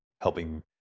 helping